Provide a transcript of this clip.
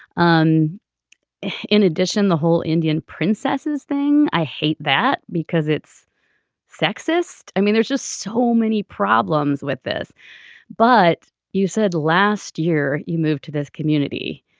um in addition the whole indian princesses thing. i hate that because it's sexist. i mean there's just so many problems with this but you said last year you moved to this community